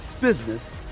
business